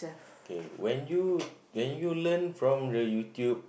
okay when you when you learn from the YouTube